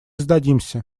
сдадимся